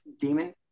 Demon